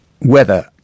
weather